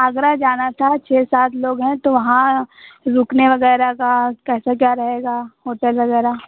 आगरा जाना था छः सात लोग हैं तो वहाँ रुकने वग़ैरह का कैसा क्या रहेगा होटल वग़ैरह